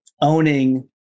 owning